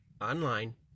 online